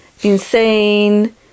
insane